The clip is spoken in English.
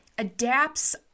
adapts